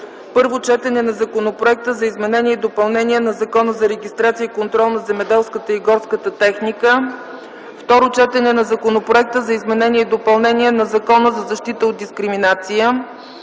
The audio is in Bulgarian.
Първо четене на Законопроекта за изменение и допълнение на Закона за регистрация и контрол на земеделската и горската техника. Второ четене на Законопроекта за изменение и допълнение на Закона за защита от дискриминация.